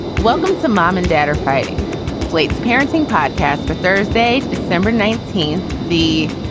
welcome to mom and dad are fighting slate's parenting podcast for thursday, december nineteen, the.